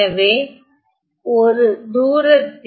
எனவே ஒரு தூரத்தில்